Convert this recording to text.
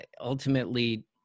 ultimately –